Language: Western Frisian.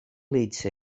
lyts